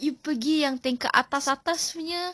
I think you pergi yang tingkat atas atas punya